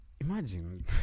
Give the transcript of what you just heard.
imagine